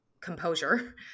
composure